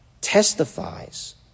testifies